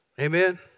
amen